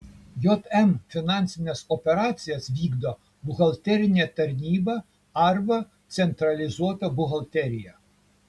jm finansines operacijas vykdo buhalterinė tarnyba arba centralizuota buhalterija